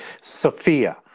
Sophia